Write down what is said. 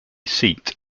seat